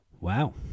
Wow